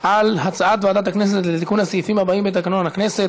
על הצעת ועדת הכנסת לתיקון הסעיפים שלהלן בתקנון הכנסת: